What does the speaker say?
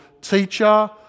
teacher